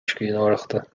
scríbhneoireachta